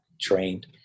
trained